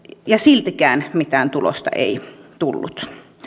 ja siltikään mitään tulosta ei tullut